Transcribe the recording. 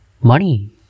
money